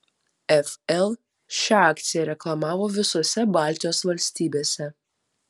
fl šią akciją reklamavo visose baltijos valstybėse